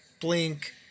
blink